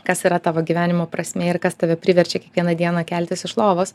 kas yra tavo gyvenimo prasmė ir kas tave priverčia kiekvieną dieną keltis iš lovos